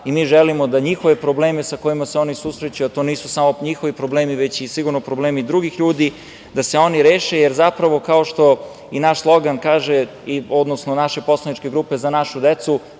i mi želimo da njihove probleme sa kojima se oni susreću, a to nisu samo njihovi problemi, već i sigurno problemi drugih ljudi, da se oni reše, jer zapravo, kao što i naš slogan kaže, odnosno naše poslaničke grupe Za našu decu,